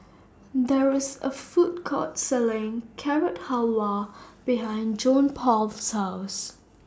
There IS A Food Court Selling Carrot Halwa behind Johnpaul's House